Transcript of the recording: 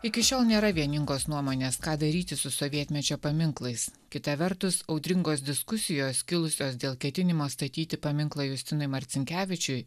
iki šiol nėra vieningos nuomonės ką daryti su sovietmečio paminklais kita vertus audringos diskusijos kilusios dėl ketinimo statyti paminklą justinui marcinkevičiui